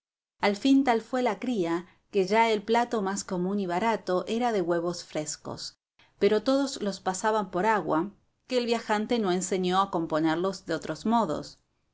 al fin tal fué la cría que ya el plato más común y barato era de huevos frescos pero todos los pasaban por agua